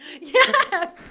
Yes